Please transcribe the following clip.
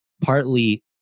partly